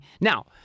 Now